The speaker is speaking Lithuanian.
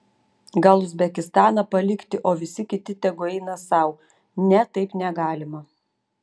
gal uzbekistaną palikti o visi kiti tegu eina sau ne taip negalima